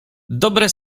dobre